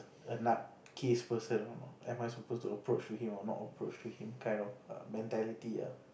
a nut case person or not am I suppose to approach to him or not approach to him kind of err mentality